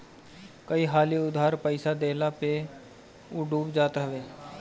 कई हाली उधार पईसा देहला पअ उ डूब जात हवे